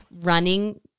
running